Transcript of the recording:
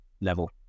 level